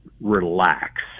relax